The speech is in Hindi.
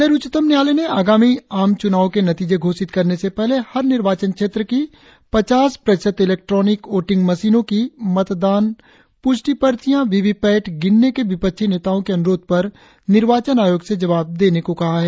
इधर उच्चतम न्यायालय ने आगामी आम चुनावों के नतीजे घोषित करने से पहले हर निर्वाचन क्षेत्र की पचास प्रतिशत इलेक्ट्रोनिक वोटिंग मशीनों की मतदान प्रष्टि पर्चियां वी वी पैट गिनने के विपक्षी नेताओं के अनुरोध पर निर्वाचन आयोग से जवाब देने को कहा है